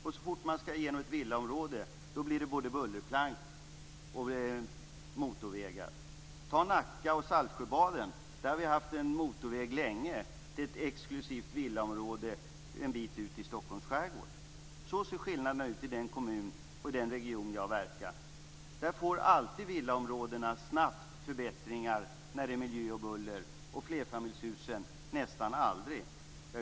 Men så fort man skall genom ett villaområde blir det både bullerplank och motorvägar. Om man tar Nacka och Saltsjöbaden som exempel så har man där länge haft en motorväg till ett exklusivt villaområde en bit ut i Stockholms skärgård. Så ser skillnaderna ut i den kommun och i den region där jag verkar. Där får villaområdena alltid snabbt förbättringar när det handlar om miljö och buller, men områdena med flerfamiljshus får nästan aldrig några förbättringar.